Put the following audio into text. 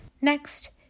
Next